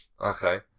Okay